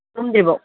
ꯇꯨꯝꯗ꯭ꯔꯤꯐꯥꯎ